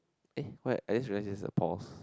eh what I just realised there's a pause